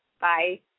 Bye